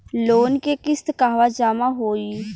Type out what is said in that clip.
Loan के किस्त कहवा जामा होयी?